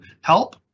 help